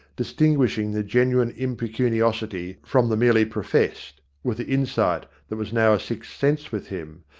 distinguishing the genuine im pecuniosity from the merely professed, with the insight that was now a sixth sense with him,